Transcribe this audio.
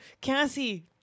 Cassie